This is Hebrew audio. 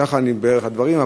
ככה, בערך, הדברים.